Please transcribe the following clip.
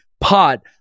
pot